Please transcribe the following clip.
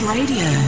Radio